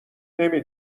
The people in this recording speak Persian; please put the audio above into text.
نمی